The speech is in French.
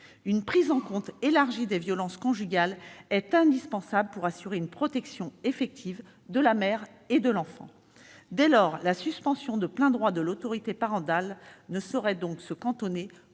Une prise en compte élargie des violences conjugales est indispensable pour assurer une protection effective de la mère et de l'enfant. Dès lors, la suspension de plein droit de l'autorité parentale ne saurait se cantonner